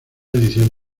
edición